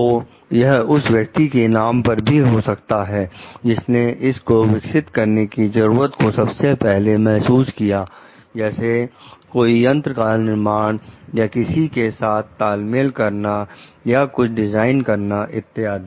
तो यह उस व्यक्ति के नाम पर भी हो सकता है जिसने इस को विकसित करने की जरूरत को सबसे पहले महसूस किया जैसे कोई यंत्र का निर्माण या किसी के साथ तालमेल करना या कुछ डिजाइन करना इत्यादि